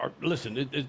Listen